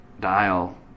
dial